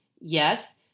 yes